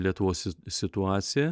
lietuvos situaciją